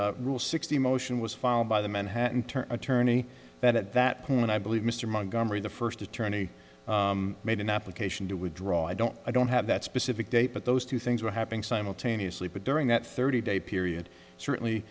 rule sixty motion was filed by the manhattan turn attorney that at that point i believe mr montgomery the first attorney made an application to withdraw i don't i don't have that specific date but those two things were happening simultaneously but during that thirty day period certainly